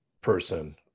person